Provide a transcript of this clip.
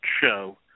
show